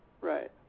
Right